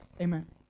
Amen